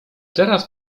teraz